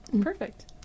perfect